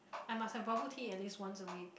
I must have bubble tea at least once a week